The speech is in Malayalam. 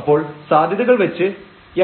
അപ്പോൾ സാധ്യതകൾ വെച്ച്